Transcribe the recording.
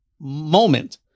moment